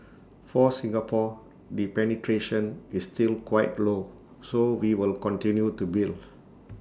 for Singapore the penetration is still quite low so we will continue to build